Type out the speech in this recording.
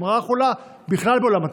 שהן רעה חולה בכלל בעולם התכנון?